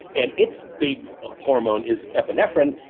and its big ah hormone is epinephrine,